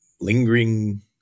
lingering